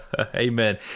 Amen